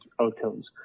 outcomes